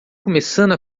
começando